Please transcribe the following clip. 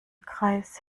kreis